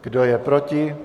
Kdo je proti?